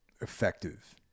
effective